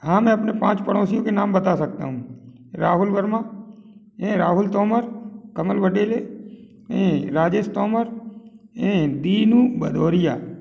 हाँ मैं अपने पाँच पड़ोसियों के नाम बात सकता हूँ राहुल वर्मा ये राहुल तोमर कमल भटेले ये राजेस तोमर ये दीनू भदोरिया